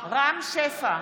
רם שפע,